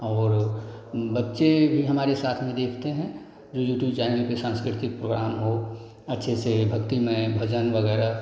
और बच्चे भी हमारे साथ में देखते हैं जो यूट्यूब चैनल पर सांस्कृतिक प्रोग्राम हो अच्छे से भक्तिमय भजन वगैरह